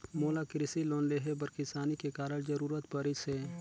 मोला कृसि लोन लेहे बर किसानी के कारण जरूरत परिस हे